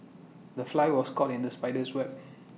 the fly was caught in the spider's web